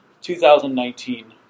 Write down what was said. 2019